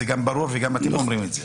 זה ברור ואתם גם אומרים את זה.